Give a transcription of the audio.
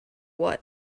what